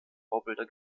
vorbilder